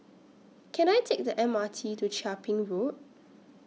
Can I Take The M R T to Chia Ping Road